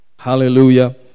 Hallelujah